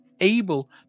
able